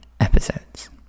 episodes